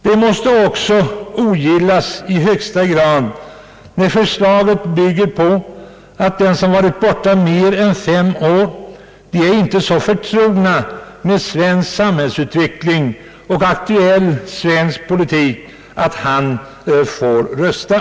Man måste också i hög grad ogilla att förslaget bygger på tanken att den som varit borta mer än fem år inte är så förtrogen med svensk samhällsutveckling och aktuell politik, att han får rösta.